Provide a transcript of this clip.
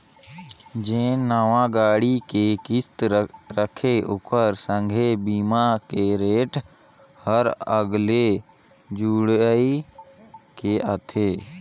जेन नावां गाड़ी के किमत रथे ओखर संघे बीमा के रेट हर अगले जुइड़ के आथे